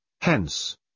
Hence